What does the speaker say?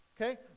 Okay